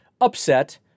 upset